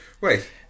Wait